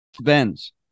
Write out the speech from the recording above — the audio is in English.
Benz